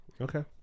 okay